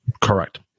Correct